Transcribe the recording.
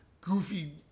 goofy